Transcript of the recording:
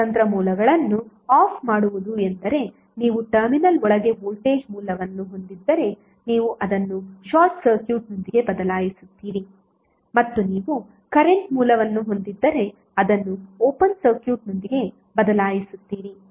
ಸ್ವತಂತ್ರ ಮೂಲಗಳನ್ನು ಆಫ್ ಮಾಡುವುದು ಎಂದರೆ ನೀವು ಟರ್ಮಿನಲ್ ಒಳಗೆ ವೋಲ್ಟೇಜ್ ಮೂಲವನ್ನು ಹೊಂದಿದ್ದರೆ ನೀವು ಅದನ್ನು ಶಾರ್ಟ್ ಸರ್ಕ್ಯೂಟ್ನೊಂದಿಗೆ ಬದಲಾಯಿಸುತ್ತೀರಿ ಮತ್ತು ನೀವು ಕರೆಂಟ್ ಮೂಲವನ್ನು ಹೊಂದಿದ್ದರೆ ಅದನ್ನು ಓಪನ್ ಸರ್ಕ್ಯೂಟ್ನೊಂದಿಗೆ ಬದಲಾಯಿಸುತ್ತೀರಿ